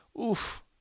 Oof